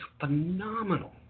phenomenal